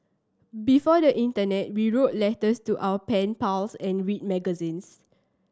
before the internet we wrote letters to our pen pals and read magazines